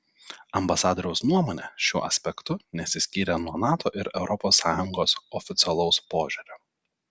ambasadoriaus nuomonė šiuo aspektu nesiskyrė nuo nato ir europos sąjungos oficialaus požiūrio